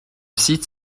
site